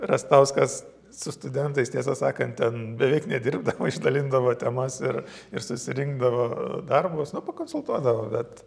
rastauskas su studentais tiesą sakant ten beveik nedirbdavo išdalindavo temas ir ir susirinkdavo darbus nu pakonsultuodavo bet